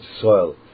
soil